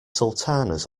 sultanas